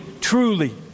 truly